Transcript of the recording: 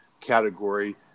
category